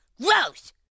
gross